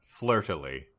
flirtily